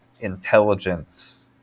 intelligence